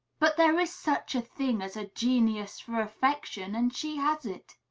but there is such a thing as a genius for affection, and she has it.